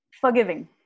Forgiving